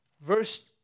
verse